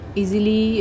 easily